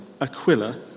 Aquila